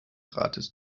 rates